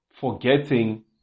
Forgetting